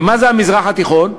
ומה זה המזרח התיכון?